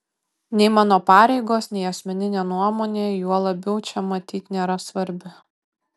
nei mano pareigos nei asmeninė nuomonė juo labiau čia matyt nėra svarbi